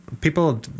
people